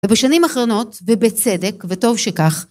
ובשנים אחרונות ובצדק וטוב שכך.